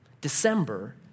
December